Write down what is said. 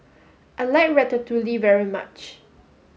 I like Ratatouille very much